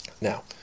Now